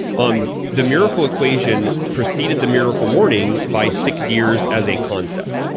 um the miracle equation proceeded the miracle morning by six years as a concept.